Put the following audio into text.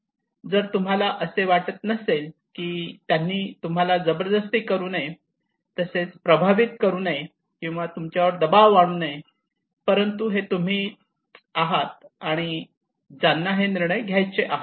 जर तुम्हाला असे वाटत नसेल की त्यांनी तुम्हाला जबरदस्ती करू नये तसेच प्रभावित करू नये किंवा तुमच्यावर दबाव आणू नये परंतु हे तुम्हीच आहात ज्यांना हे निर्णय घ्यायचे आहेत